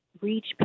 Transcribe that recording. reach